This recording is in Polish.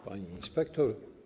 Pani Inspektor!